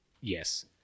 yes